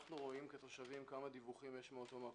אנחנו רואים כתושבים כמה דיווחים יש מאותו מקום.